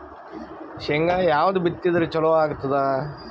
ಶೇಂಗಾ ಯಾವದ್ ಬಿತ್ತಿದರ ಚಲೋ ಆಗತದ?